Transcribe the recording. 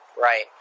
Right